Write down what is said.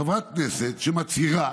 חברת כנסת שמצהירה